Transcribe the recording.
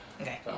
Okay